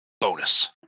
bonus